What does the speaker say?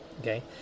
okay